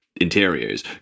interiors